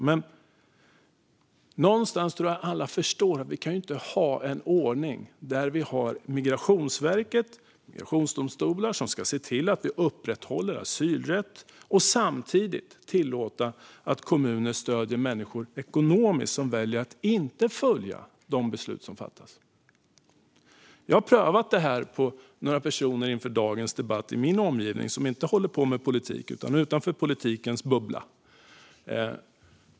Men någonstans tror jag att alla förstår att vi inte kan ha en ordning där Migrationsverket och migrationsdomstolar ska se till att vi upprätthåller asylrätten och där vi samtidigt tillåter att kommuner ekonomiskt stöder människor som väljer att inte följa de beslut som fattas. Jag har inför dagens debatt prövat detta på några personer i min omgivning som inte håller på med politik utan befinner sig utanför politikens bubbla.